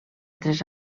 tres